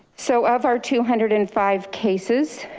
so of our two hundred and five cases,